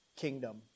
kingdom